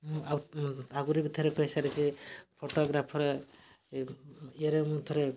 ଆଉ ତାପରେ ଏଥିରେ ବି ପଇସା ରହୁଛି ଫୋଟୋଗ୍ରାଫର ୟେରେ ମୁଁ ଥରେ